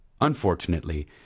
Unfortunately